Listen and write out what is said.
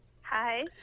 Hi